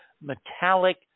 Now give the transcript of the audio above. metallic